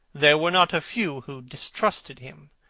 there were not a few who distrusted him.